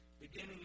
beginning